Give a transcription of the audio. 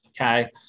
okay